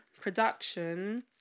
production